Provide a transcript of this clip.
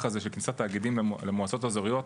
הזה של כניסת תאגידים למועצות אזוריות,